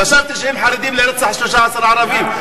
חשבתי שהם חרדים לרצח 13 ערבים.